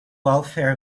welfare